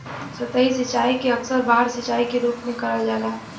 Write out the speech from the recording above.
सतही सिंचाई के अक्सर बाढ़ सिंचाई के रूप में करल जाला